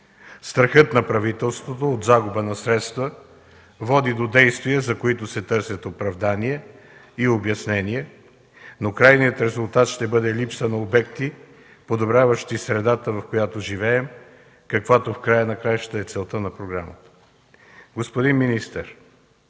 Страхът на правителството от загуба на средства води до действия, за които се търсят оправдания и обяснения, но крайният резултат ще бъде липса на обекти, подобряващи средата, в която живеем, каквато в крайна сметка е целта на програмата. Господин министър,